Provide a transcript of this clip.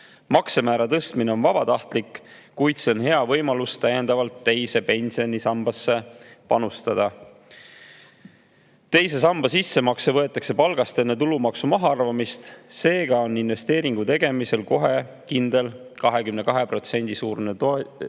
Maksemäära tõstmine on vabatahtlik, kuid see on hea võimalus teise pensionisambasse täiendavalt panustada. Teise samba sissemakse võetakse palgast enne tulumaksu mahaarvamist, seega on investeeringu tegemisel kohe kindel 22% suurune tootlus